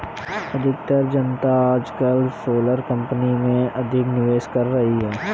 अधिकतर जनता आजकल सोलर कंपनी में अधिक निवेश कर रही है